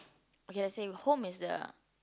okay let's say home is the